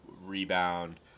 rebound